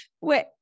wait